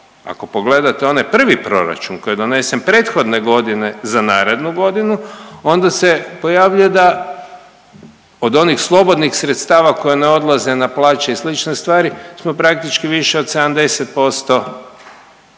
ako pogledate onaj prvi proračun koji je donesen prethodne godine za narednu godinu onda se pojavljuje da od onih slobodnih sredstava koja ne odlaze na plaće i slične stvari smo praktički više od 70%